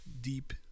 deep